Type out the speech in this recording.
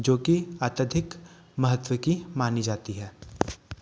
जोकि अत्यधिक महत्व की मानी जाती है